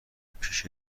پیش